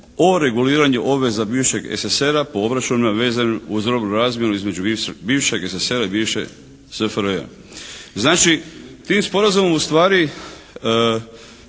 o reguliranju obveza bivšeg SSSR-a po obračunima vezanim uz robnu razmjenu između bivšeg SSSR-a i bivše SFRJ. Znači tim sporazumom ustvari